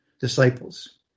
Disciples